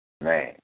Man